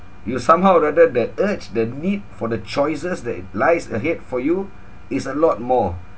it will somehow or rather that urge the need for the choices that it lies ahead for you is a lot more